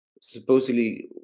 supposedly